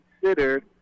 considered